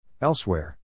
Elsewhere